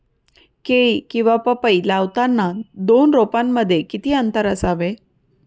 केळी किंवा पपई लावताना दोन रोपांमध्ये किती अंतर असावे?